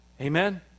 Amen